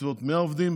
בסביבות 100 עובדים.